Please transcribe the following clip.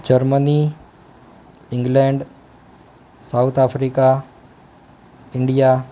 Germany England South Africa India